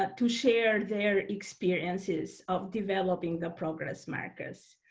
ah to share their experiences of developing the progress markers.